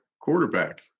quarterback